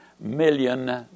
million